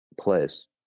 place